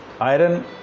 iron